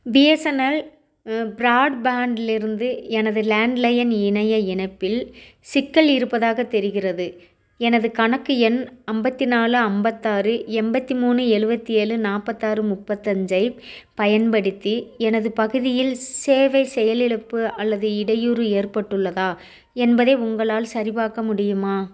BSNL பிராட்பேண்ட்லிருந்து எனது landline இணைய இணைப்பில் சிக்கல் இருப்பதாகத் தெரிகிறது எனது கணக்கு எண் ஐம்பத்தி நாலு ஐம்பத்தாறு எண்பத்தி மூணு எழுபத்தி ஏழு நாற்பத்தாறு முப்பத்தஞ்சைப் பயன்படுத்தி எனது பகுதியில் சேவை செயலிழப்பு அல்லது இடையூறு ஏற்பட்டுள்ளதா என்பதை உங்களால் சரிபார்க்க முடியுமா